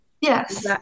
Yes